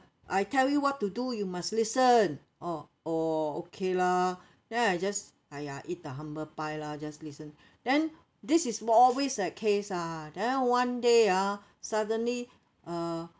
I tell you what to do you must listen orh oh okay lah then I just !aiya! eat the humble pie lah just listen then this is m~ always the case ah then one day ah suddenly uh